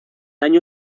año